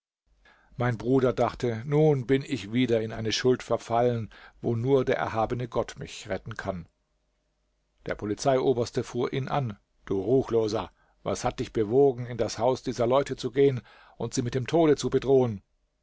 mein bruder dachte nun bin ich wieder in eine schuld verfallen wo nur der erhabene gott mich retten kann der polizeioberste fuhr ihn an du ruchloser was hat dich bewogen in das haus dieser leute zu gehen und sie mit dem tode zu bedrohen